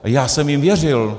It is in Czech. A já jsem jim věřil.